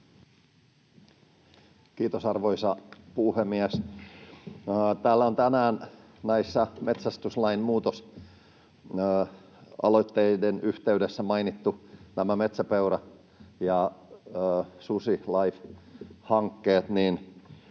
Kiitos, arvoisa puhemies! Täällä on tänään näiden metsästyslain muutosaloitteiden yhteydessä mainittu nämä MetsäpeuraLIFE- ja SusiLIFE-hankkeet.